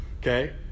Okay